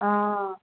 ஆ